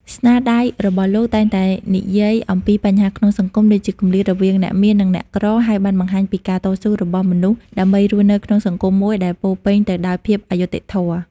ស្នាដៃរបស់លោកតែងតែនិយាយអំពីបញ្ហាក្នុងសង្គម ដូចជាគម្លាតរវាងអ្នកមាននិងអ្នកក្រ ហើយបានបង្ហាញពីការតស៊ូរបស់មនុស្សដើម្បីរស់នៅក្នុងសង្គមមួយដែលពោរពេញទៅដោយភាពអយុត្តិធម៌។